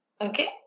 Okay